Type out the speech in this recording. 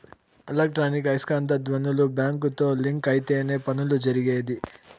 electronic ఐస్కాంత ధ్వనులు బ్యాంకుతో లింక్ అయితేనే పనులు జరిగేది